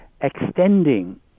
extending